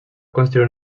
construir